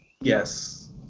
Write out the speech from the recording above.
Yes